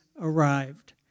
arrived